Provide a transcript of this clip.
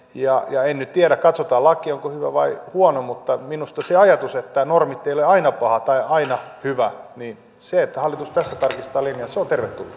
ja en nyt tiedä katsotaan laki onko se hyvä vai huono mutta minusta se ajatus että normit eivät ole aina paha tai aina hyvä se että hallitus tässä tarkistaa linjan on